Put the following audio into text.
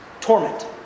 torment